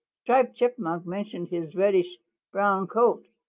striped chipmunk mentioned his reddish-brown coat.